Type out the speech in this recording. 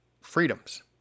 freedoms